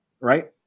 right